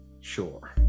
Sure